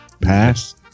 pass